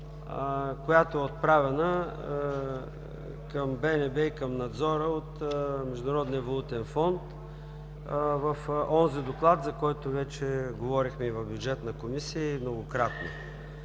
отправена към БНБ и към надзора от Международния валутен фонд в онзи доклад, за който говорихме и в Бюджетната комисия многократно.